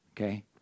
okay